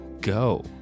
go